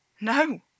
No